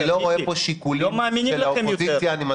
לא מאמינים לכם יותר.